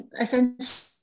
essentially